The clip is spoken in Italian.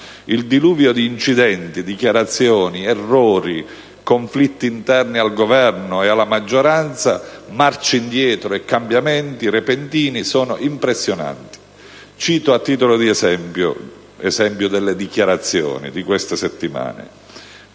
Il diluvio di incidenti, dichiarazioni, errori, conflitti interni al Governo e alla maggioranza, marce indietro e cambiamenti repentini sono impressionanti. Cito a titolo di esempio le dichiarazioni di queste settimane,